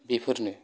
बेफोरनो